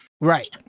Right